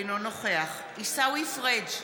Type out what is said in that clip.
אינו נוכח עיסאווי פריג'